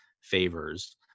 favors